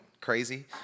crazy